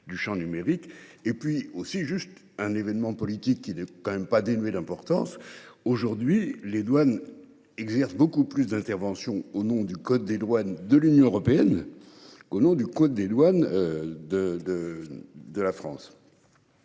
du Champ numérique et puis aussi juste un événement politique qui n'est quand même pas dénué d'importance aujourd'hui les douanes exerce beaucoup plus d'intervention au nom du code des douanes de l'Union européenne. Qu'au nom du code des douanes. De de. De la France.